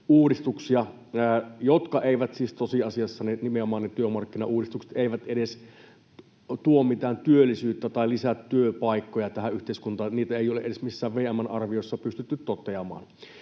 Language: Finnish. työmarkkinauudistuksia, jotka eivät siis tosiasiassa edes tuo, nimenomaan ne työmarkkinauudistukset, mitään työllisyyttä tai lisää työpaikkoja tähän yhteiskuntaan. Niitä ei ole edes missään VM:n arvioissa pystytty toteamaan.